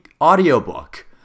audiobook